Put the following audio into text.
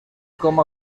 com